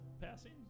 passing